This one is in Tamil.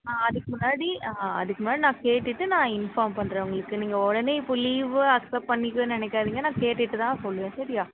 அதுக்கு முன்னாடி அதுக்கு முன்னாடி நான் கேட்டுவிட்டு நான் இன்ஃபார்ம் பண்ணுறேன் உங்களுக்கு நீங்கள் உடனே இப்போ லீவு அக்சப்ட் பண்ணிக்குவேன்னு நினைக்காதீங்க நான் கேட்டுவிட்டு தான் சொல்லுவேன் சரியா